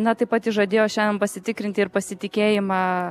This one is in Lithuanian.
na taip pat jis žadėjo šiandien pasitikrinti ir pasitikėjimą